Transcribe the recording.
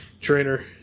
trainer